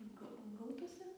gau gautųsi